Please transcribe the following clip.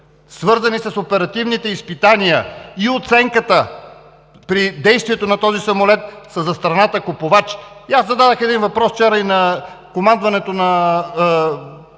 свързани с оперативните изпитания и оценката при действието на този самолет, са за страната купувача.“ И аз зададох един въпрос вчера и на командването на